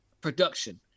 production